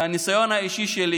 מהניסיון האישי שלי,